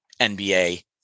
NBA